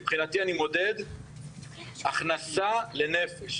מבחינתי אני מודד הכנסה לנפש.